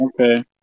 Okay